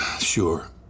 Sure